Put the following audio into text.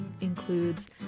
includes